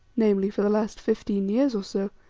namely, for the last fifteen years or so,